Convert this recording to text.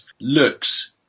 looks